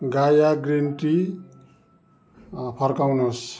गाया green tea फर्काउनुहोस्